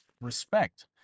respect